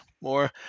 more